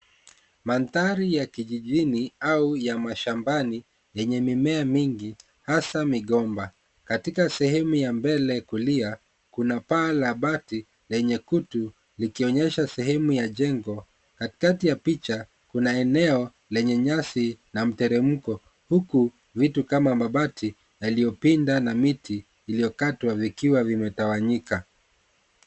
Mandhari ya kijijini au shambani yenye mimea mingi hasa mikomba. Katika sehemu ya mbele kulia kuna paa la bati lenye kutu likionyesha sehemu ya jengo. Katika ya picha kuna eneo lenye nyasi na mteremko, huku vitu kama mabati yaliyopinda na miti iliokatwa vikiwa vimetawanyika.